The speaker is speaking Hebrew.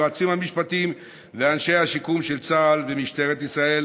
היועצים המשפטיים ואנשי השיקום של צה"ל ומשטרת ישראל